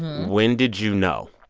when did you know?